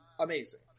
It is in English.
amazing